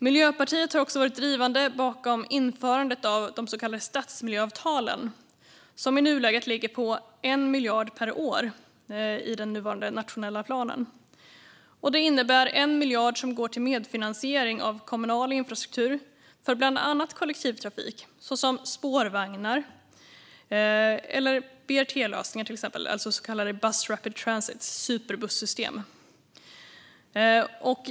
Miljöpartiet har också varit drivande bakom införandet av de så kallade stadsmiljöavtalen som i nuläget ligger på 1 miljard kronor per år i den nuvarande nationella planen. Det innebär 1 miljard kronor som går till medfinansiering av kommunal infrastruktur för bland annat kollektivtrafik, såsom spårvagnar eller BRT-lösningar, alltså så kallade bus rapid transit, superbussystem.